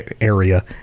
area